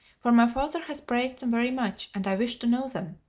for my father has praised them very much, and i wish to know them.